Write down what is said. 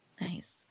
Nice